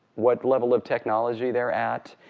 what level of technology they're at,